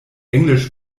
englisch